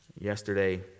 Yesterday